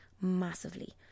massively